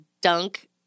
dunk